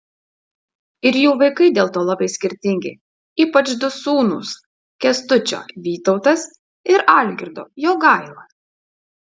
ir jų vaikai dėl to labai skirtingi ypač du sūnūs kęstučio vytautas ir algirdo jogaila